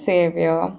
Savior